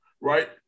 right